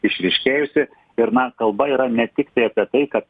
išryškėjusi ir na kalba yra ne tiktai apie tai kad